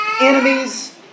Enemies